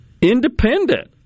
independent